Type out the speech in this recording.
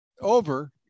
over